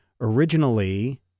originally